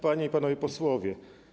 Panie i Panowie Posłowie!